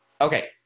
Okay